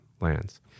lands